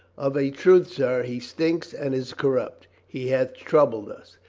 of a truth, sir, he stinks and is corrupt. he hath troubled us.